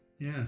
Yes